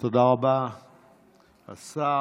תודה רבה, השר.